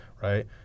Right